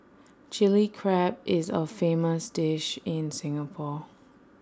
Chilli Crab is A famous dish in Singapore